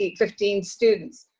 ah fifteen students,